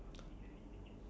okay